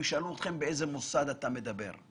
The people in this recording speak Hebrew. ישאל אותך באיזה מוסד אתה מדבר,